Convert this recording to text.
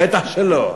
בטח שלא.